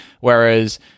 Whereas